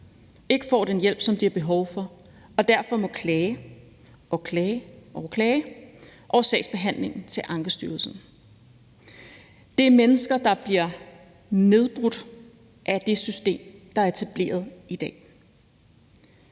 ikke får den hjælp, som de har behov for, og derfor må klage og klage over sagsbehandlingen til Ankestyrelsen. Det er mennesker, der bliver nedbrudt af det system, der er etableret i dag.